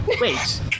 Wait